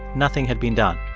nothing had been done.